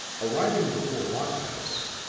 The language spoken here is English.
arriving before locke's house,